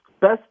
best